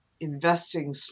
Investing